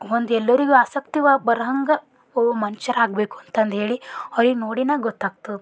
ಒಂದು ಎಲ್ಲರಿಗೂ ಆಸಕ್ತಿ ಬರೊಹಂಗೆ ಒವ್ ಮನುಷ್ಯರಾಗ್ಬೇಕು ಅಂತಂದು ಹೇಳಿ ಅವ್ರಿಗೆ ನೋಡಿನೇ ಗೊತ್ತಾಗ್ತದೆ